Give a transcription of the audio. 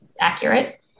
accurate